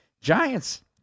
Giants